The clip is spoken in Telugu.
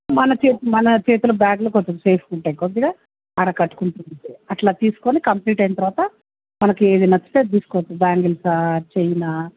మన చేతి మన చేతిలో బ్యాగ్లో కొంచం సేఫ్గా ఉంటాయి కొద్దిగా ఆడ కట్టుకుంటు ఉంటే అట్ల తీసుకొని కంప్లీట్ అయిన తర్వాత మనకుఏది నచ్చితే అది తీసుకోవచ్చు బ్యాంగిల్స్ చైన్